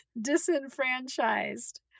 Disenfranchised